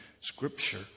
Scripture